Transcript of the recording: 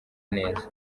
neza